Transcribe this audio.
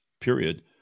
period